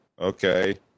okay